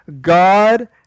God